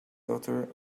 author